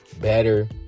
better